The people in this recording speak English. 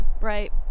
right